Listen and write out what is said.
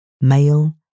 Male